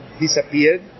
disappeared